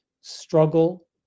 struggle